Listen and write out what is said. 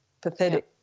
Pathetic